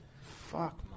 Fuck